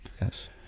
yes